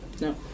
No